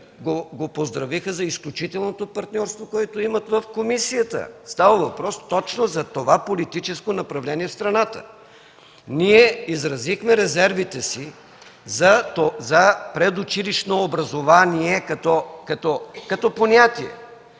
Методиев за изключителното партньорство, което имат в комисията. Става въпрос точно за това политическо направление в страната. Ние изразихме резервите си за предучилищно образование като понятие.